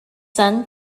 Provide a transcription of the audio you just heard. son